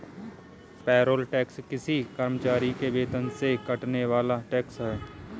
payroll tax किसी कर्मचारी के वेतन से कटने वाला टैक्स है